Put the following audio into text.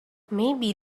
maybe